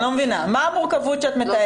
מה המורכבות שאת מתארת?